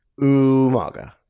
Umaga